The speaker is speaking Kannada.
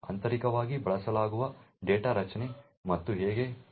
ಆಂತರಿಕವಾಗಿ ಬಳಸಲಾಗುವ ಡೇಟಾ ರಚನೆ ಮತ್ತು ಹೀಗೆ ಏನು